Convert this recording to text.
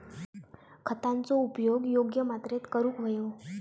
खतांचो उपयोग योग्य मात्रेत करूक व्हयो